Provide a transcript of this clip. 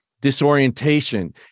disorientation